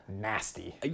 nasty